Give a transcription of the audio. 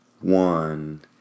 one